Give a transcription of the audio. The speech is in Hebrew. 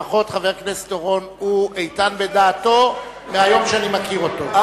לפחות חבר הכנסת אורון איתן בדעתו מהיום שאני מכיר אותו.